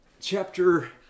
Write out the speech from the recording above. chapter